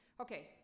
Okay